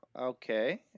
Okay